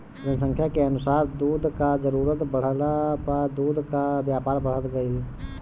जनसंख्या के अनुसार दूध कअ जरूरत बढ़ला पअ दूध कअ व्यापार बढ़त गइल